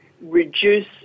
reduce